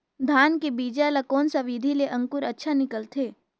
धान के बीजा ला कोन सा विधि ले अंकुर अच्छा निकलथे?